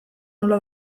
nola